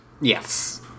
Yes